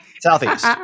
Southeast